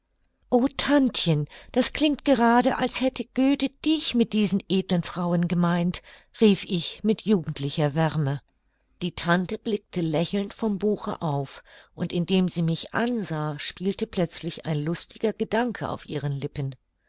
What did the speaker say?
o tantchen das klingt gerade als hätte goethe dich mit diesen edlen frauen gemeint rief ich mit jugendlicher wärme die tante blickte lächelnd vom buche auf und indem sie mich ansah spielte plötzlich ein lustiger gedanke auf ihren lippen